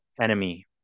enemy